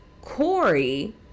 Corey